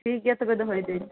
ᱴᱷᱤᱠ ᱜᱮᱭᱟ ᱛᱚᱵᱮ ᱫᱚᱦᱚᱭᱮᱫᱟᱹᱧ